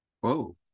Whoa